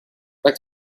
like